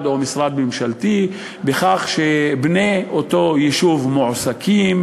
או משרד ממשלתי בכך שבני אותו יישוב מועסקים,